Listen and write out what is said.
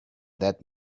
that